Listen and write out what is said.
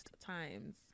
times